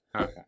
Okay